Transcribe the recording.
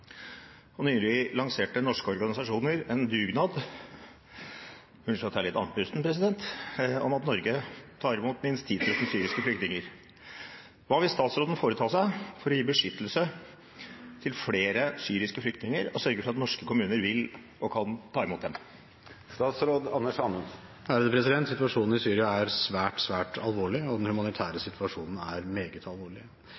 Nylig lanserte en rekke organisasjoner en dugnad med krav om at Norge tar imot minst 10 000 syriske flyktninger. Hva vil statsråden foreta seg for å gi beskyttelse til flere syriske flyktninger, og sørge for at norske kommuner vil og kan ta dem imot?» Situasjonen i Syria er svært, svært alvorlig, og den humanitære situasjonen er meget alvorlig.